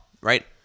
right